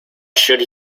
should